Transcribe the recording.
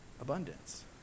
abundance